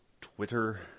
Twitter